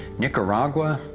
nicaragua,